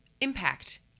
impact